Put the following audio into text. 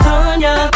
Tanya